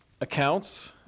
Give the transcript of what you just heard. accounts